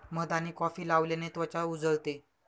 मध आणि कॉफी लावल्याने त्वचा उजळते